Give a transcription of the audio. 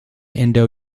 indo